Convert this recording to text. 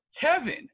Kevin